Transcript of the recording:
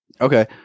okay